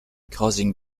causing